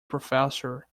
professor